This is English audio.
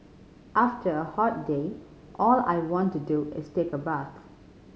after a hot day all I want to do is take a bath